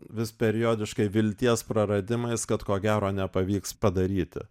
vis periodiškai vilties praradimais kad ko gero nepavyks padaryti